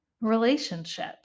relationship